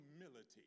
humility